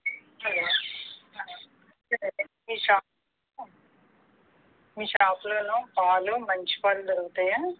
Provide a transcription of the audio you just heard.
hello మీ shop మీ షాప్లో పాలు మంచి పాలు దొరుకుతాయా